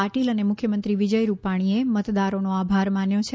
પાટિલ અને મુખ્યમંત્રી વિજય રૂપાણીએ મતદારોનો આભાર માન્યો છે